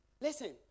Listen